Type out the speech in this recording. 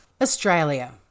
Australia